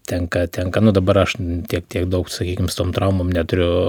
tenka tenka nu dabar aš tiek tiek daug sakykim su tom traumom neturiu